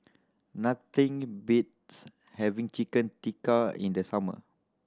nothing beats having Chicken Tikka in the summer